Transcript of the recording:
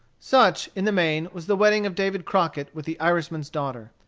such, in the main, was the wedding of david crockett with the irishman's daughter.